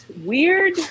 weird